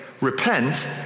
Repent